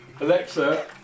Alexa